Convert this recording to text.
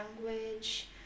language